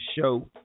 show